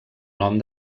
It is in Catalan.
nom